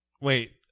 Wait